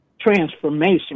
transformation